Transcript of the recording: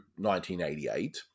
1988